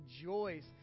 rejoice